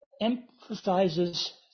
emphasizes